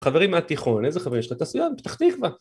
חברים מהתיכון איזה חברה יש לתעשייה מפתח תקווה